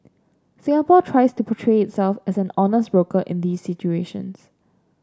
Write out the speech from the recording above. Singapore tries to portray itself as an honest broker in these situations